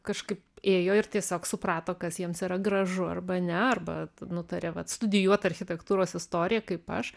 kažkaip ėjo ir tiesiog suprato kas jiems yra gražu arba ne arba nutarė vat studijuot architektūros istoriją kaip aš